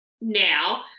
now